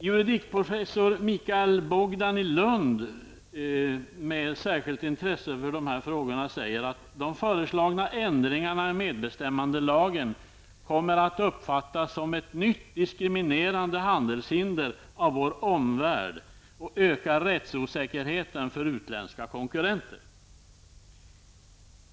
Juridikprofessor Michael Bogdan i Lund, som har ett särskilt intresse för dessa frågor säger: ''De föreslagna ändringarna i medbestämmandelagen kommer att uppfattas som ett nytt diskriminerande handelshinder av vår omvärld och ökar rättsosäkerheten för utländska konkurrenter''.